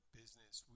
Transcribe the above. business